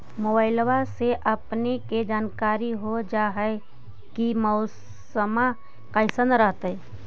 मोबाईलबा से अपने के जानकारी हो जा है की मौसमा कैसन रहतय?